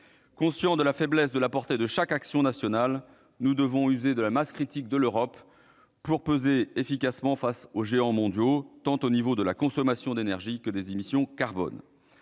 Conscients de la faiblesse de la portée de chaque action nationale, nous devons user de la masse critique de l'Europe pour peser efficacement face aux géants mondiaux, au niveau tant de la consommation d'énergie que des émissions carbone.